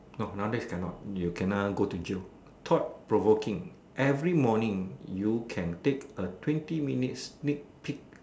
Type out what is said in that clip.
no nowadays cannot you kena go to jail thought provoking every morning you can take a twenty minute sneak peek